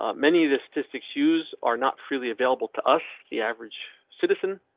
ah many of the statistics use are not freely available to us. the average citizen.